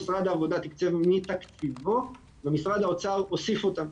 משרד העבודה תיקצב מתקציבו ומשרד האוצר הוסיף אותם.